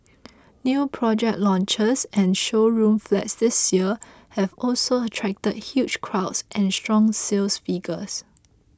new project launches and showroom flats this year have also attracted huge crowds and strong sales figures